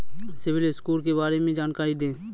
CIBIL score के बारे में जानकारी दें?